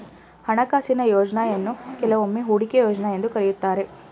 ಹಣಕಾಸಿನ ಯೋಜ್ನಯನ್ನು ಕೆಲವೊಮ್ಮೆ ಹೂಡಿಕೆ ಯೋಜ್ನ ಎಂದು ಕರೆಯುತ್ತಾರೆ